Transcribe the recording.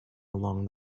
along